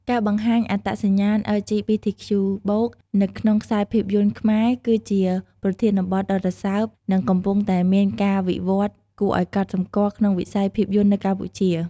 ការបង្ហាញ អត្តសញ្ញាណ អិល ជី ប៊ី ធី ខ្ជូ បូក (LGBTQ+) នៅក្នុងខ្សែភាពយន្តខ្មែរគឺជាប្រធានបទដ៏រសើប និងកំពុងតែមានការវិវត្តន៍គួរឲ្យកត់សម្គាល់ក្នុងវិស័យភាពយន្ដនៅកម្ពុជា។